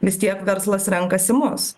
vis tiek verslas renkasi mus